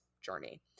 journey